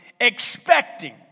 expecting